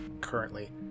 currently